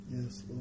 Yes